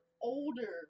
older